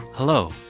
Hello